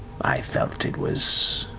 i felt it was